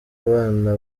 abana